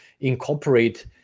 incorporate